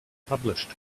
published